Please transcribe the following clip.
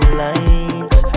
lights